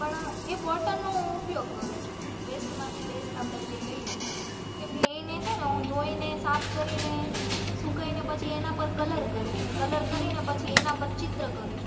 પણ એ બોટલનો હું ઉપયોગ કરું છું વેસ્ટમાંથી બેસ્ટ આપણે જે કહીએ કેમ કે એને છેને હું ધોઈને સાફ કરીને સુકવીને પછી એના પર કલર કરું છું અને કલર કરીને પછી એના પર ચિત્ર કરું છું